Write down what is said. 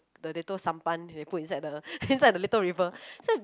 the little sampan they put inside the inside the little river